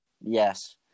Yes